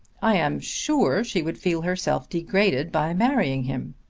i am sure she would feel herself degraded by marrying him.